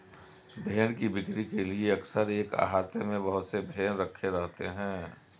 भेंड़ की बिक्री के लिए अक्सर एक आहते में बहुत से भेंड़ रखे रहते हैं